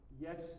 Yes